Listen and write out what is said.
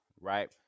right